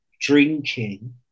drinking